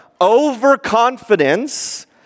overconfidence